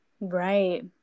Right